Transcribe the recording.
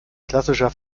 klassischer